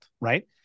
Right